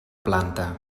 planta